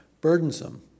burdensome